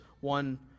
one